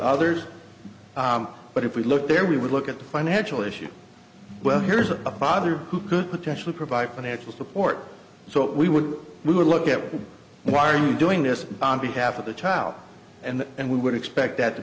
others but if we look there we would look at the financial issue well here's a father who could potentially provide financial support so we would we would look at why are you doing this on behalf of the child and and we would expect that to